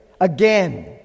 again